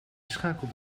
schakelt